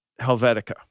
Helvetica